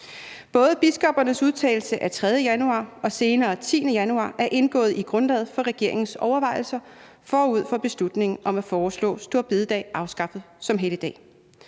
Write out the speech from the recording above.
Både biskoppernes udtalelse af 3. januar og senere 10. januar er indgået i grundlaget for regeringens overvejelser forud for beslutningen om at foreslå store bededag afskaffet som helligdag.